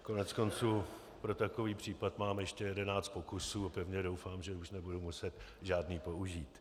Koneckonců pro takový případ mám ještě jedenáct pokusů a pevně doufám, že už nebudu muset žádný použít.